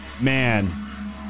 Man